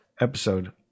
episode